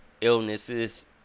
illnesses